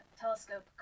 Telescope